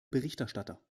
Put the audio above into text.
berichterstatter